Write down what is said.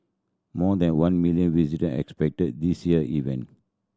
more than one million visitor are expected this year event